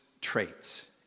traits